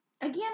Again